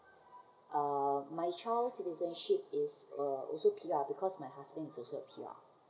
uh my child citizenship is uh also P_R because my husband is also a P_R